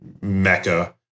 Mecca